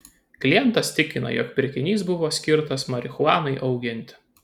klientas tikina jog pirkinys buvo skirtas marihuanai auginti